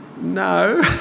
no